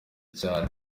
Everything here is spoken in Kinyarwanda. cyane